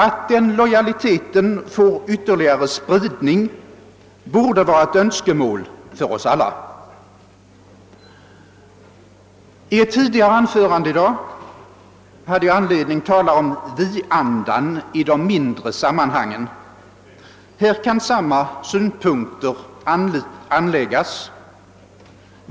Att den lojaliteten får ytterligare spridning borde vara ett önskemål för oss alla. I ett tidigare anförande i dag hade jag anledning att tala om vi-andan i de mindre sammanhangen. Här kan samma synpunkter anläggas.